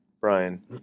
Brian